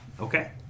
okay